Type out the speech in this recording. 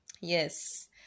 yes